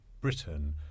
Britain